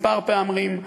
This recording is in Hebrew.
כמה פעמים,